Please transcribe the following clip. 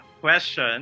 question